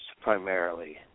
primarily